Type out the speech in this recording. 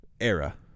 Era